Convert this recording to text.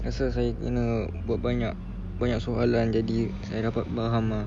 rasa saya kena buat banyak banyak soalan jadi saya dapat faham ah